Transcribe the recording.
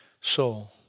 soul